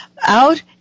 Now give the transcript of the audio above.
out